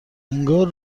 انگار